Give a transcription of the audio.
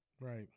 right